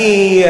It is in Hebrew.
אני,